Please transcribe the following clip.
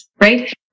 right